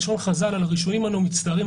בלשון חז"ל: על הראשונים אנחנו מצטערים,